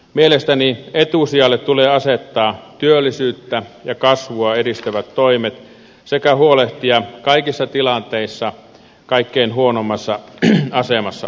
mielestäni etusijalle tulee asettaa työllisyyttä ja kasvua edistävät toimet sekä huolehtia kaikissa tilanteissa kaikkein huonoimmassa asemassa olevista